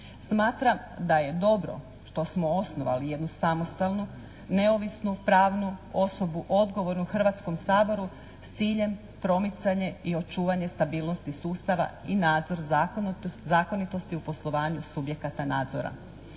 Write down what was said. Smatram da je dobro što smo osnovali jednu samostalnu, neovisnu, pravnu osobu odgovornu u Hrvatskom saboru s ciljem promicanje i očuvanje stabilnosti sustava i nadzor zakonitosti u poslovanju subjekata nadzora.